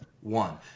one